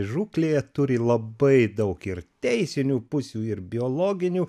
žūklė turi labai daug ir teisinių pusių ir biologinių